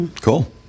Cool